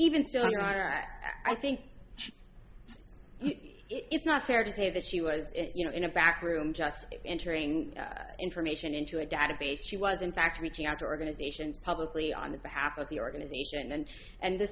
are i think it's not fair to say that she was you know in a backroom just entering information into a database she was in fact reaching out to organizations publicly on the behalf of the organization and and the